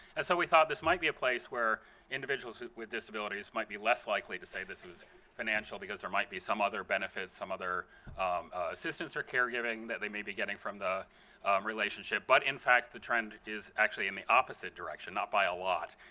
and so we thought this might be a place where individuals with disabilities might be less likely to say this is financial because there might be some other benefits, some other assistance or caregiving that they may be getting from the relationship. but in fact, the trend is actually in the opposite direction, not by a lot.